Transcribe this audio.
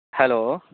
hello